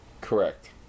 Correct